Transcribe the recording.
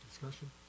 Discussion